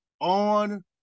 on